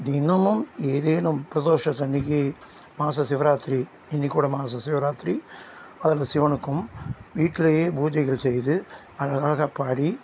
தினமும் ஏதேனும் பிரதோஷத்து அன்னைக்கு மாதம் சிவராத்திரி இன்றுக்கூட மாத சிவராத்திரி அதில் சிவனுக்கும் வீட்லேயே பூஜைகள் செய்து அழகாக பாடி